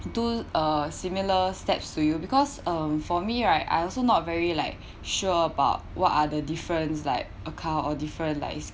do uh similar steps to you because um for me right I also not very like sure about what are the difference like a car or different like is